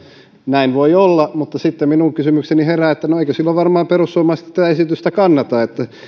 näin voi olla mutta sitten minulla herää kysymys että no eivätkö silloin perussuomalaiset tätä esitystä kannata kun